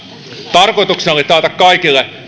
tarkoituksena oli taata kaikille